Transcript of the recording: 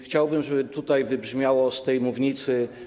Chciałbym, żeby to wybrzmiało z tej mównicy.